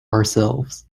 ourselves